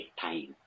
time